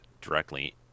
directly